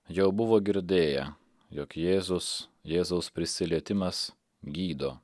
jau buvo girdėję jog jėzus jėzaus prisilietimas gydo